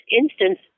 instance